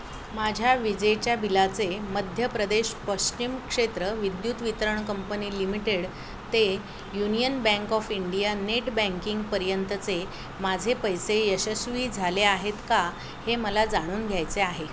माझ्या विजेच्या बिलाचे मध्य प्रदेश पश्चिम क्षेत्र विद्युत वितरण कंपनी लिमिटेड ते union bank of India net बँकिंगपर्यंतचे माझे पैसे यशस्वी झाले आहेत का हे मला जाणून घ्यायचे आहे